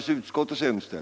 Jjande resultat: